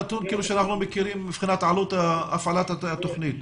הנתון שאנחנו מכירים מבחינת עלות הפעלת התוכנית.